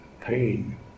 pain